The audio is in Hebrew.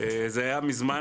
זה היה מזמן,